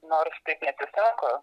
nors taip neatsisako